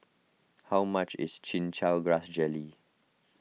how much is Chin Chow Grass Jelly